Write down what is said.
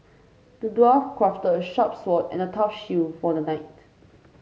the dwarf crafted a sharp sword and a tough shield for the knight